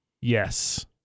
Yes